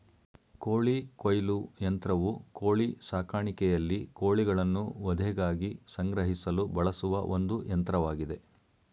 ಕೋಳಿ ಕೊಯ್ಲು ಯಂತ್ರವು ಕೋಳಿ ಸಾಕಾಣಿಕೆಯಲ್ಲಿ ಕೋಳಿಗಳನ್ನು ವಧೆಗಾಗಿ ಸಂಗ್ರಹಿಸಲು ಬಳಸುವ ಒಂದು ಯಂತ್ರವಾಗಿದೆ